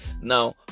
now